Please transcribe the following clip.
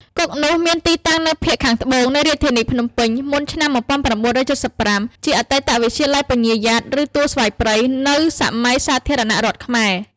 គុកនោះមានទីតាំងនៅភាគខាងត្បូងនៃរាជធានីភ្នំពេញ មុនឆ្នាំ១៩៧៥ ជាអតីតវិទ្យាល័យពញាយ៉ាត ឬទួលស្វាយព្រៃ នៅសម័យសាធារណរដ្ឋខ្មែរ។